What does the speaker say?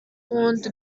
und